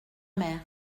mère